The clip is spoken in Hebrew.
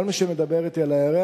כל מי שמדבר אתי על הירח,